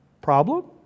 Problem